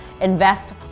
invest